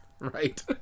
Right